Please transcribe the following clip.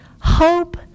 hope